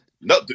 No